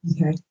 okay